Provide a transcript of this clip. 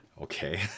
Okay